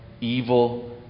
evil